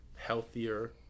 Healthier